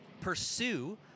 Pursue